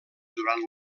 durant